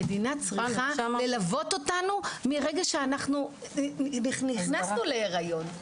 המדינה צריכה ללוות אותנו מרגע שאנחנו נכנסנו להיריון.